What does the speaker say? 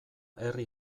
herri